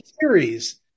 series